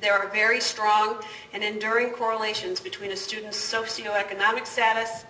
there are very strong and enduring correlations between a student's socioeconomic status